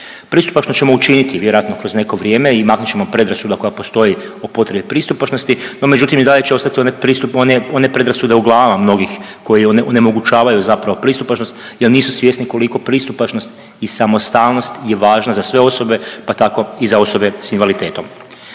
Pristupačnost ćemo učiniti vjerojatno kroz neko vrijeme i maknut ćemo predrasuda koja postoji o potrebi pristupačnosti, no međutim i dalje će ostati onaj pristup, one predrasude u glavama mnogih koji onemogućavaju zapravo pristupačnost jer nisu svjesni koliko pristupačnost i samostalnost je važna za sve osobe pa tako i za osobe sa invaliditetom.